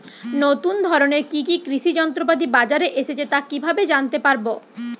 নতুন ধরনের কি কি কৃষি যন্ত্রপাতি বাজারে এসেছে তা কিভাবে জানতেপারব?